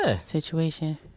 situation